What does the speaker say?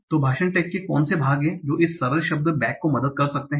तो भाषण टैग के कौन से भाग हैं जो इस सरल शब्द बेक को मदद कर सकते हैं